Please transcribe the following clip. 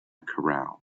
corral